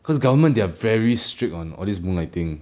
because government they're very strict on all this moonlighting